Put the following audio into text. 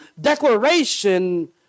declaration